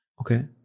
Okay